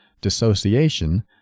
dissociation